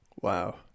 Wow